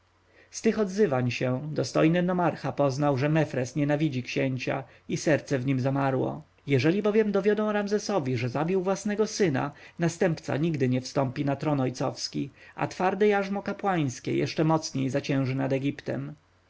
z tych odzywań się dostojny nomarcha poznał że mefres nienawidzi księcia i serce w nim zamarło jeżeli bowiem dowiodą ramzesowi że zabił własnego syna następca nigdy nie wstąpi na tron ojcowski a twarde jarzmo kapłańskie jeszcze mocniej zacięży nad egiptem